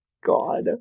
God